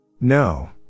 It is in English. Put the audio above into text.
No